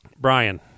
Brian